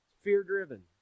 Fear-driven